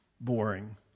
boring